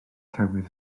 tywydd